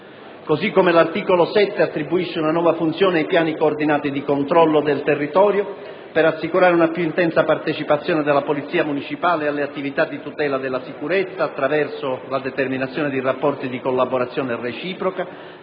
modo, l'articolo 7 attribuisce una nuova funzione ai piani coordinati di controllo del territorio, per assicurare una più intensa partecipazione della polizia municipale alle attività di tutela della sicurezza, attraverso la determinazione di rapporti di collaborazione reciproca